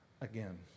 again